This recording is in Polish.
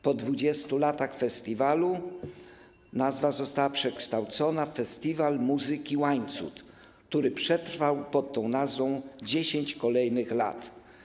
Po 20 latach festiwalu nazwa została przekształcona na Festiwal Muzyki Łańcut, który przetrwał pod tą nazwą 10 kolejnych lat.